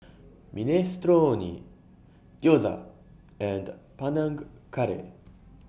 Minestrone Gyoza and Panang Curry